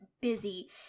busy